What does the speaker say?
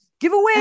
giveaway